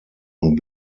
und